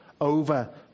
over